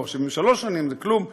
זה כלום.